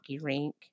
rink